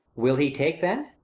will he take then?